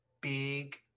big